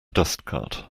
dustcart